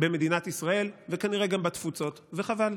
במדינת ישראל, וכנראה גם בתפוצות, וחבל.